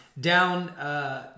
down